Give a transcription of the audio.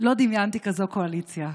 לא דמיינתי כזו קואליציה.